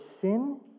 sin